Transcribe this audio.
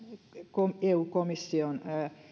eu komission